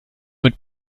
mit